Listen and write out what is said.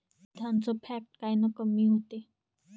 दुधाचं फॅट कायनं कमी होते?